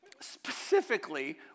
specifically